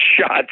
shots